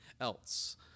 else